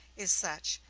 is such,